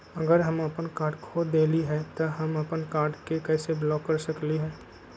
अगर हम अपन कार्ड खो देली ह त हम अपन कार्ड के कैसे ब्लॉक कर सकली ह?